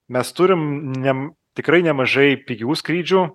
mes turim nem tikrai nemažai pigių skrydžių